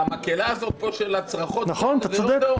המקהלה של הצרחות פה --- נכון, אתה צודק.